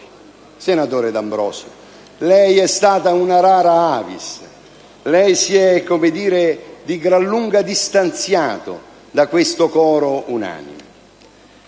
Senatore D'Ambrosio, lei è stata una *rara* *avis.* Lei si è di gran lunga distanziato da questo coro unanime